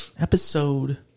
Episode